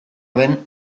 den